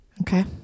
Okay